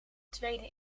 tweede